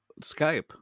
Skype